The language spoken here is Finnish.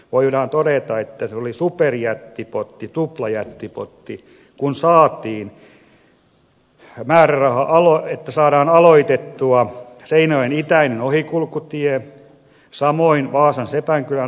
voidaan todeta että se on superjättipotti tuplajättipotti että saadaan aloitettua seinäjoen itäinen ohikulkutie samoin vaasan sepänkylän ohikulkutie